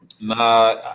nah